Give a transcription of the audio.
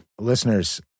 listeners